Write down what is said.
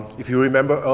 if you remember,